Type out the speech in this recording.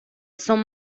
son